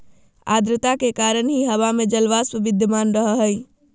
आद्रता के कारण ही हवा में जलवाष्प विद्यमान रह हई